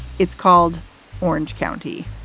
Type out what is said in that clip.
it's called orange county.